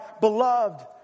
beloved